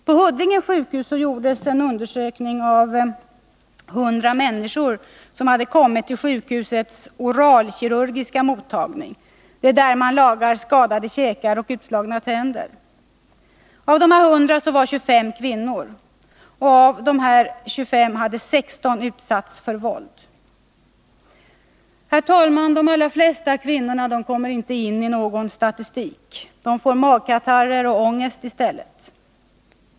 På Huddinge sjukhus gjordes en undersökning av 100 människor som kommit till sjukhusets oralkirurgiska mottagning, där man lagade skadade käkar och utslagna tänder. Av de 100 var 25 kvinnor. Av dessa hade 16 utsatts för våld. De allra flesta misshandlade kvinnor kommer inte in i någon statistik. De får magkatarrer och ångest i stället.